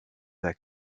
their